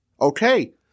Okay